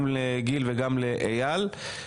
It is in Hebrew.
גם לגיל וגם לאייל לב ארי,